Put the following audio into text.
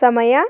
ಸಮಯ